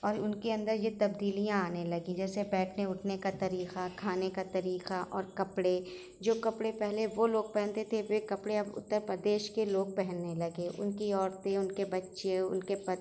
اور ان کے اندر یہ تبدیلیاں آنے لگیں جیسے بیٹھنے اٹھنے کا طریقہ کھانے کا طریقہ اور کپڑے جو کپڑے پہلے وہ لوگ پہنتے تھے وہ کپڑے اب اترپردیش کے لوگ پہننے لگے ان کی عورتیں ان کے بچے ان کے